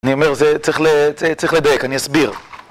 אני אומר, זה צריך לדייק, אני אסביר.